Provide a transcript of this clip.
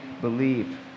believe